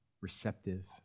receptive